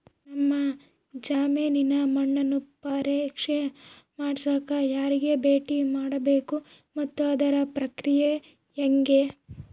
ನಮ್ಮ ಜಮೇನಿನ ಮಣ್ಣನ್ನು ಪರೇಕ್ಷೆ ಮಾಡ್ಸಕ ಯಾರಿಗೆ ಭೇಟಿ ಮಾಡಬೇಕು ಮತ್ತು ಅದರ ಪ್ರಕ್ರಿಯೆ ಹೆಂಗೆ?